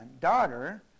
daughter